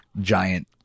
giant